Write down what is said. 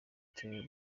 turere